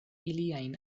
iliajn